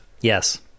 yes